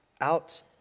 out